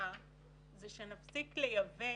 מציעה זה שנפסיק לייבא